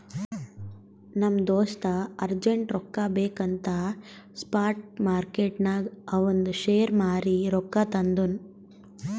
ನಮ್ ದೋಸ್ತ ಅರ್ಜೆಂಟ್ ರೊಕ್ಕಾ ಬೇಕ್ ಅಂತ್ ಸ್ಪಾಟ್ ಮಾರ್ಕೆಟ್ನಾಗ್ ಅವಂದ್ ಶೇರ್ ಮಾರೀ ರೊಕ್ಕಾ ತಂದುನ್